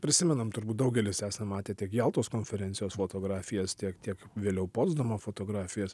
prisimenam turbūt daugelis esam matę tiek jaltos konferencijos fotografijas tiek tiek vėliau potsdamo fotografijas